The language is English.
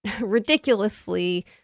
ridiculously